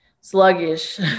sluggish